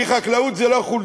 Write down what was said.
כי חקלאות היא לא חולצות,